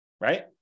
Right